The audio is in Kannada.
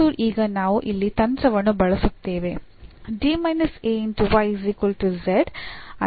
ಮತ್ತು ಈಗ ನಾವು ಇಲ್ಲಿ ತಂತ್ರವನ್ನು ಬಳಸುತ್ತೇವೆ